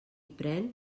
pren